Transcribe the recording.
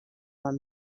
van